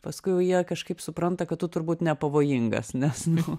paskui jau jie kažkaip supranta kad tu turbūt nepavojingas nes